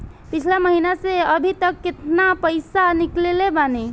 पिछला महीना से अभीतक केतना पैसा ईकलले बानी?